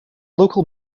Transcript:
local